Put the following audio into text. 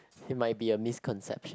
it might be a misconception